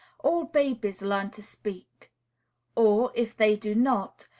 all babies learn to speak or, if they do not,